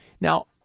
Now